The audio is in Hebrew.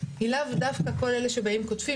היא לאו דווקא כל אלה שבאים וקוטפים.